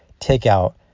takeout